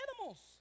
animals